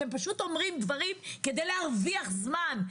אתם פשוט אומרים דברים כדי להרוויח זמן.